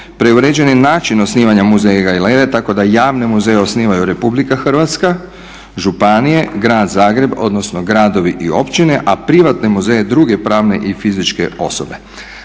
Preuređen je način osnivanja muzeja i galerija tako da javne muzeje osnivaju Republika Hrvatska, županije, Grad Zagreb odnosno gradovi i općine, a privatne muzeje i druge pravne i fizičke osobe.